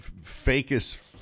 fakest